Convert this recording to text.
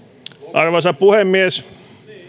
arvoisa puhemies